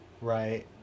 right